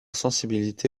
sensibilité